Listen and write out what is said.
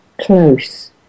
close